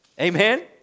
Amen